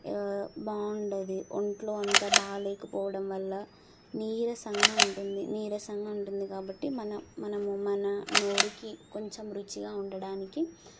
బాగుండదు ఒంట్లో అంతా బాగా లేకపోవడం వల్ల నీరసంగా ఉంటుంది నీరసంగా ఉంటుంది కాబట్టి మన మనం మన నోటికి కొంచెం రుచిగా ఉండడానికి